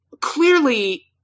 clearly